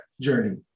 journey